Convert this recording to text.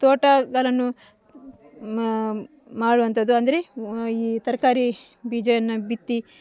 ತೋಟಗಳನ್ನು ಮಾಡುವಂತದ್ದು ಅಂದರೆ ಈ ತರಕಾರಿ ಬೀಜವನ್ನು ಬಿತ್ತಿ